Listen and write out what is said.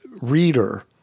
reader